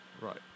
Right